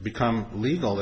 become legal